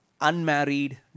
unmarried